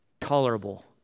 tolerable